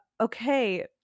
okay